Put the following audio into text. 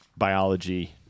biology